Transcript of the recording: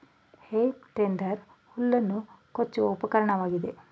ಹೇ tedder ಹುಲ್ಲನ್ನು ಕೊಚ್ಚುವ ಉಪಕರಣವಾಗಿದೆ